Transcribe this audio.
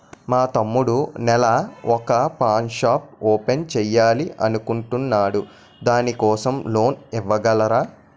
మా తమ్ముడు నెల వొక పాన్ షాప్ ఓపెన్ చేయాలి అనుకుంటునాడు దాని కోసం లోన్ ఇవగలరా?